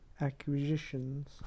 acquisitions